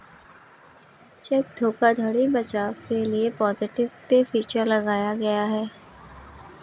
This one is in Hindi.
चेक धोखाधड़ी बचाव के लिए पॉजिटिव पे फीचर लाया गया है